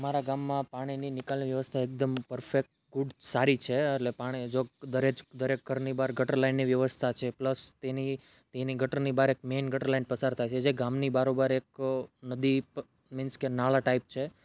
મારા ગામમાં પાણીની નિકાલ વ્યવસ્થા એકદમ પરફેક્ટ ગુડ સારી છે એટલે પાને જોક દરેજ દરેક ઘરની બહાર ગટર વ્યવસ્થા લાઈનની વ્યવસ્થા છે પ્લસ તેની તેની ગટરની બહાર મેન ગટર લાઈન પસાર થાય છે જે ગામની બારોબાર એક નદી મિન્સ કે નાળા ટાઈપ છે